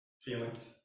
feelings